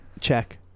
check